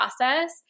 process